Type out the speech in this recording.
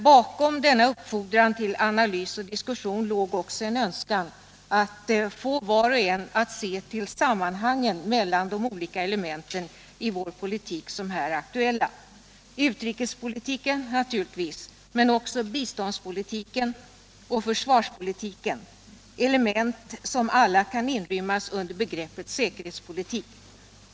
Bakom denna uppfordran till analys och diskussion låg också en önskan att få var och en att se till sammanhangen mellan de olika element i vår politik som här är aktuella — utrikespolitiken naturligtvis men också biståndspolitiken och försvarspolitiken — vilka alla kan inrymmas under begreppet säkerhetspolitik.